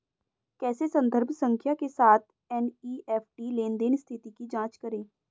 कैसे संदर्भ संख्या के साथ एन.ई.एफ.टी लेनदेन स्थिति की जांच करें?